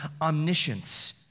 omniscience